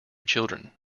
children